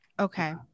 Okay